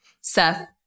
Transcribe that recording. Seth